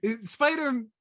Spider